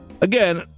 Again